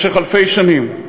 משך אלפי שנים.